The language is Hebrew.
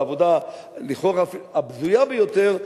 בעבודה לכאורה הבזויה ביותר,